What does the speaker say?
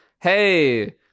hey